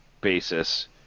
basis